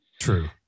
True